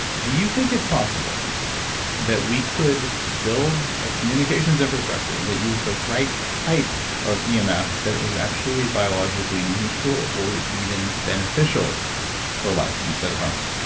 do you think it's possible that we could build a communications infrastructure that use the right type of yeah emf, that it was actually biologically neutral or even beneficial for life instead of harmful?